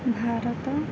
Bharat